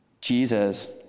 Jesus